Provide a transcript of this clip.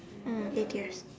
mm eight years